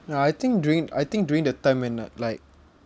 ya I think during I think during the time when uh like